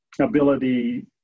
ability